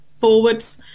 forwards